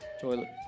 toilet